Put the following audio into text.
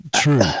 True